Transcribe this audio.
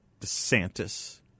DeSantis